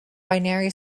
binary